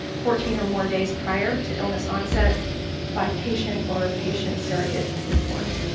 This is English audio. fourteen or more days prior to illness onset by patient or patient surrogate report.